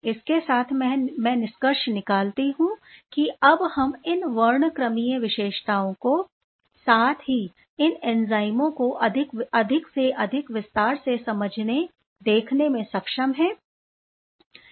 इसके साथ मैं यह निष्कर्ष निकालती हूं कि अब हम इन वर्णक्रमीय विशेषताओं को साथ ही इन एंजाइमों को अधिक से अधिक विस्तार से समझने देखने में सक्षम हैं